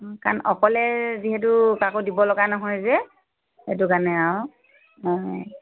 কাৰণ অকলে যিহেতু কাকো দিব লগা নহয় যে সেইটো কাৰণে আৰু